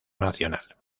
nacional